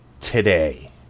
today